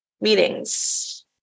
Meetings